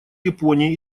японии